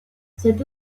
cette